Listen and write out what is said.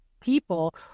people